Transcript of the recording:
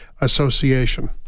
Association